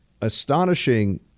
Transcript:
astonishing